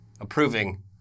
Approving